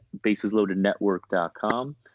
basesloadednetwork.com